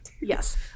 Yes